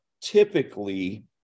typically